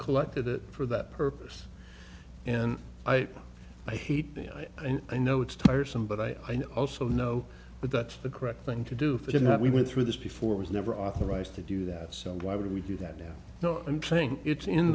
collected it for that purpose and i i hate the i know it's tiresome but i also know but that's the correct thing to do for you know we went through this before it was never authorized to do that so why would we do that now no i'm saying it's in